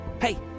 Hey